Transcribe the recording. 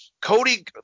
Cody